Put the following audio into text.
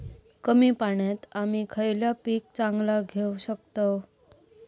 कमी पाण्यात आम्ही खयला पीक चांगला घेव शकताव?